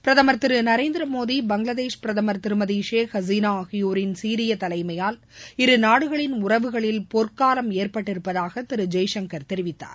பிரதமர் திரு நரேந்திரமோடி பங்களாதேஷ் பிரதமர் திருமதி ஷேக் ஹசீனா ஆகியோரின் சீரிய தலைமையால் இருநாடுகளின் உறவுகளில் பொற்காலம் ஏற்பட்டிருப்பதாக திரு ஜெய்சங்கர் தெரிவித்தார்